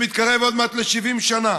שמתקרב עוד מעט ל-70 שנה.